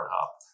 up